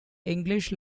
english